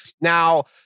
Now